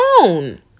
own